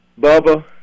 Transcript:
Bubba